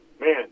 man